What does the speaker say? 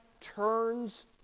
turns